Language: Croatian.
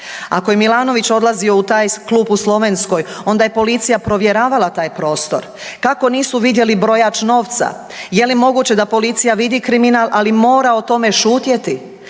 Ako je Milanović odlazio u taj klub u Slovenskoj onda je policija provjeravala taj prostor? Kako nisu vidjeli brojač novca? Je li moguće da policija vidi kriminal, ali mora o tome šutjeti?